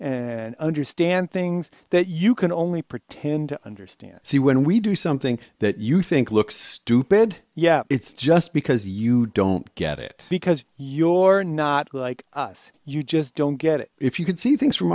and understand things that you can only pretend to understand so when we do something that you think looks stupid yeah it's just because you don't get it because your not like us you just don't get it if you could see things from